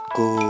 go